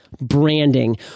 Branding